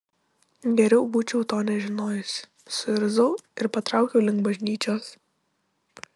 geriau būčiau to nežinojusi suirzau ir patraukiau link bažnyčios